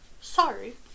Sorry